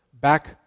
back